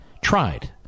tried